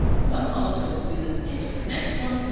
one molecule squeezes into the next one,